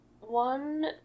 one